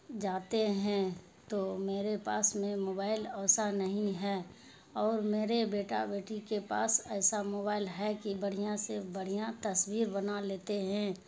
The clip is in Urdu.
جاتے ہیں تو میرے پاس میں موبائل ویسا نہیں ہے اور میرے بیٹا بیٹی کے پاس ایسا موبائل ہے کہ بڑھیاں سے بڑھیاں تصویر بنا لیتے ہیں